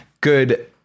good